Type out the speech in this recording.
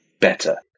better